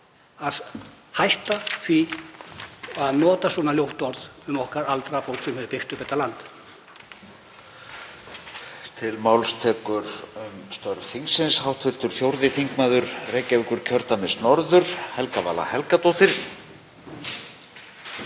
að hætta því að nota svona ljótt orð um okkar aldraða fólk sem hefur byggt upp þetta land?